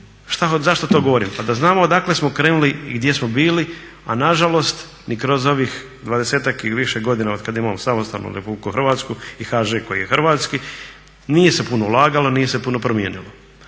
zašto to govorim. Pa da znamo odakle smo krenuli i gdje smo bili a nažalost ni kroz ovih 20-ak ili više godina otkada imamo samostalnu Republiku Hrvatsku i HŽ koji je hrvatski, nije se puno ulagalo, nije se puno promijenilo.